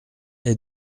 est